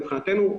מבחינתנו.